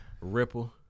ripple